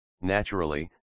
naturally